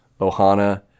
Ohana